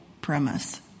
premise